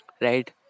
right